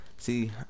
See